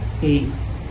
Peace